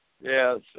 Yes